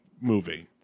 movie